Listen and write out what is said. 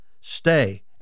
stay